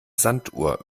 sanduhr